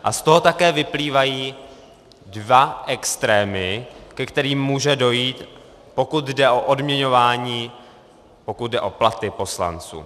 A z toho také vyplývají dva extrémy, ke kterým může dojít, pokud jde o odměňování, pokud jde o platy poslanců.